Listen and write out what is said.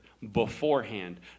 beforehand